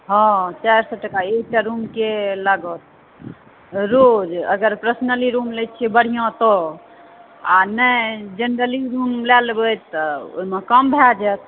हँ चारि सए टका एकटा रुमके लागत रोज अगर प्रश्नली रुम लै छिऐ बढ़िऑं तऽ आ नहि जेनरली रुम लए लेबै तऽ ओहिमे कम भए जायत